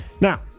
Now